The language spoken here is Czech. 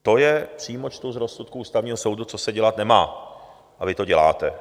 To je, přímo čtu z rozsudku Ústavního soudu, co se dělat nemá, a vy to děláte.